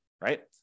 right